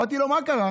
אמרתי לו: מה קרה?